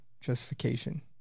Justification